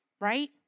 right